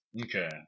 Okay